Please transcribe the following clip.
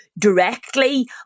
Directly